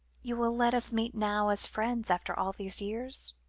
you will let us meet now as friends after all these years?